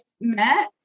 met